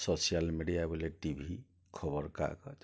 social media ବେଲେ T V ଖବର୍କାଗଜ୍